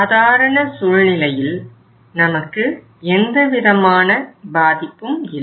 சாதாரண சூழ்நிலையில் நமக்கு எந்தவிதமான பாதிப்பும் இல்லை